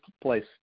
place